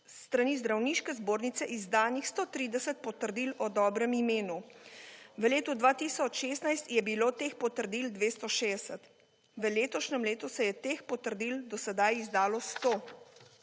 s strani zdravniške zbornice izdanih 130 potrdil o dobrem imenu. V letu 2016 je bilo teh potrdil 260. V letošnjem letu se je teh potrdil do sedaj izdalo 100.